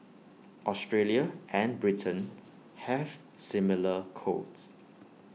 Australia and Britain have similar codes